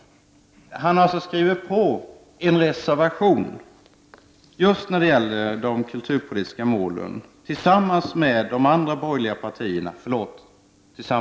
Han har alltså skrivit på en reservation om de kulturpolitiska målen tillsammans med de borgerliga partierna.